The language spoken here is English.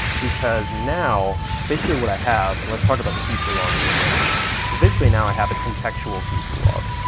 because now, basically what i have, and let's talk about the future log a little bit is basically now i have a contextual future log.